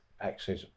access